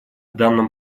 данном